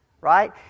right